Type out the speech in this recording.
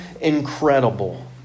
incredible